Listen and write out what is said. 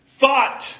thought